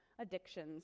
addictions